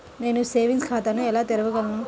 నేను సేవింగ్స్ ఖాతాను ఎలా తెరవగలను?